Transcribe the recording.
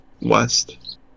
West